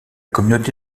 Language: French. communauté